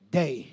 day